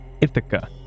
Ithaca